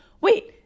wait